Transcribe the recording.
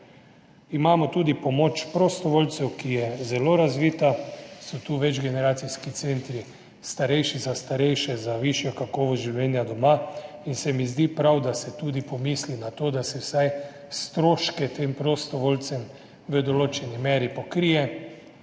Imamo tudi pomoč prostovoljcev, ki je zelo razvita, tu so večgeneracijski centri, starejši za starejše, za višjo kakovost življenja doma in se mi zdi prav, da se pomisli tudi na to, da se pokrije vsaj stroške tem prostovoljcem v določeni meri. Pri